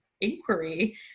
inquiry